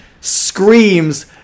screams